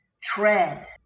Tread